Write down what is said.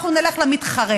אנחנו נלך למתחרה,